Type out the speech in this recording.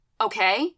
okay